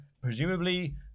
presumably